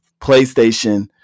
PlayStation